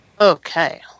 okay